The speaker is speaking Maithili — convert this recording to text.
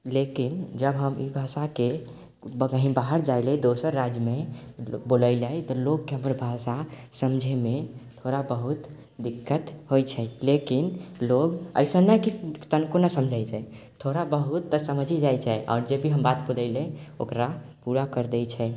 लेकिन जब हम ई भाषाके कहीँ बाहर जाइलै दोसर राज्यमे बोलै लऽ तऽ लोकके हमर भाषा समझैमे थोड़ा बहुत दिक्कत होइ छै लेकिन लोक अइसन नहि कि तनिको नहि समझै छै थोड़ा बहुत तऽ समझि जाइ छै आओर जे भी हम बात बजैलै ओकरा पूरा करि दै छै